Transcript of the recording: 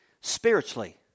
Spiritually